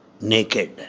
naked